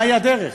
מהי הדרך?